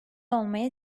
olmaya